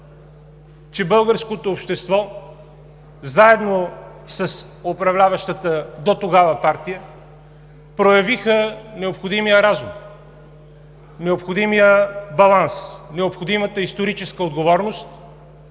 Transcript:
че българското общество, заедно с управляващата дотогава партия, проявиха необходимия разум, необходимия баланс, необходимата историческа отговорност